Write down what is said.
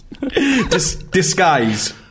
disguise